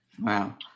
Wow